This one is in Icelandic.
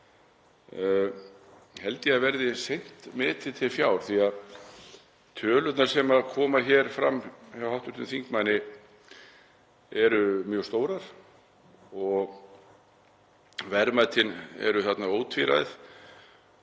held ég að verði seint metið til fjár því að tölurnar sem koma hér fram hjá hv. þingmanni eru mjög stórar og verðmætin eru þarna ótvíræð.